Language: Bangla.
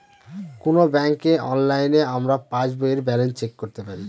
কোনো ব্যাঙ্কে অনলাইনে আমরা পাস বইয়ের ব্যালান্স চেক করতে পারি